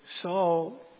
Saul